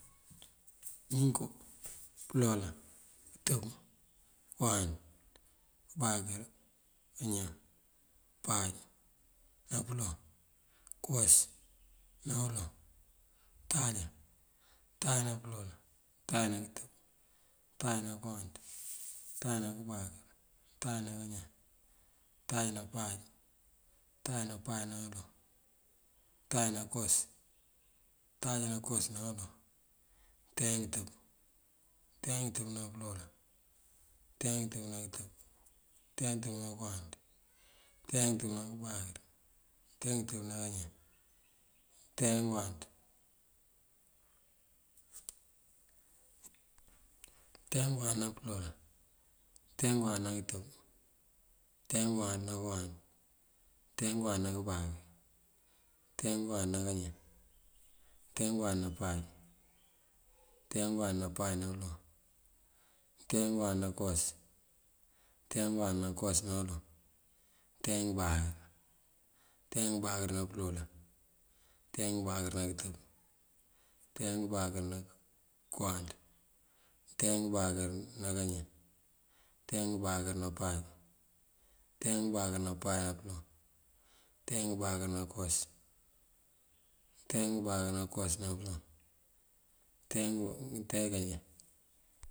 Ninko, pёloolan. kёtёb, kёwáanţ, kёbáakёr, kañan, páaj ná pёloŋ, kёwas ná uloŋ, untáajá, untáajá ná pёloolan, untáajá nákёtёb, untáajá nákёwáanţ, untáajá ná kёbáakёr, untáajá ná kañan, untáajá ná páaj, untáajá ná páaj ná pёloŋ, untáajá ná kёwas, untáajá ná kёwas ná pёloŋ, ngёntáajá ngёtёb, ngёntáajá ngёtёb ná pёloolan, ngёntáajá ngёtёb ná kёtёb, ngёntáaajá ngёtёb ná kёwáanţ, ngёntáaajá ngёtёb ná kёbáakёr, ngёntáajá ngёtёb ná kañan, ngёntáajá ngёwáanţ, ngёntáajá ngёwáanţ ná pёloolan, ngёntáajá ngёwáanţ ná kёtёb, ngёntáajá ngёwáanţ ná kёwáanţ, ngёntáajá ngёwáanţ ná kёbáakёr, ngёntáajá ngёwáanţ ná kañan, ngёntáajá ngёwáanţ ná páaj, ngёntáajá ngёwáanţ ná páaj ná pёloŋ, ngёntáajá ngёwáanţ ná kёwas, ngёntáaajá ngёwáanţ ná kёwas ná pёloŋ, ngёntáaajá ngёbáakёr, ngёntáajá ngёbáakёr ná pёloolan, ngёntáajá ngёbáakёr ná kёtёb, ngёntáajá ngёbáakёr ná kёwáanţ, ngёntáajá ngёbáakёr ná kañan, ngёntáajá ngёbáakёr ná páaj, ngёntáajá ngёbáakёr ná páaj nápёloŋ, ngёntáajá ngёbáakёr ná kёwas, ngёntáajá ngёbáakёr ná kёwas ná pёloŋ, ngёntáajá kañan.